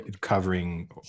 covering